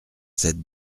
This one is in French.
cette